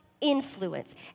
influence